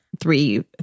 three